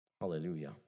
Hallelujah